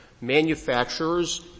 manufacturers